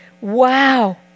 wow